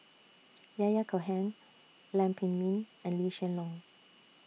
Yahya Cohen Lam Pin Min and Lee Hsien Loong